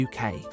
UK